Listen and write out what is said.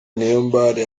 niyombare